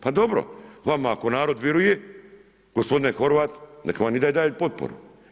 Pa dobro, vama ako narod vjeruje, gospodine Horvat, neka vam i dalje daje potporu.